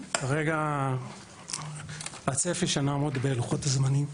כרגע הצפי שנעמוד בלוחות הזמנים.